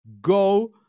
go